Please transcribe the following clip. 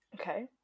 Okay